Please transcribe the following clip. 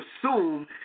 assume